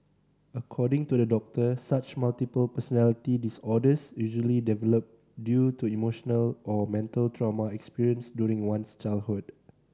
according to the doctor such multiple personality disorders usually develop due to emotional or mental trauma experienced during one's childhood